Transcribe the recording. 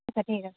আচ্ছা ঠিক আছে